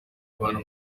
abana